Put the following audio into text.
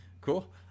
Cool